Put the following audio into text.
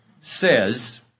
says